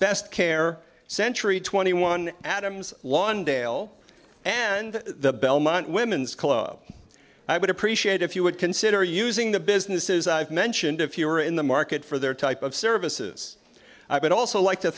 best care century twenty one adams lawndale and the belmont women's club i would appreciate if you would consider using the businesses i've mentioned if you are in the market for their type of services i would also like to